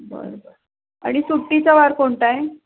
बरं बरं आणि सुट्टीचा वार कोणता आहे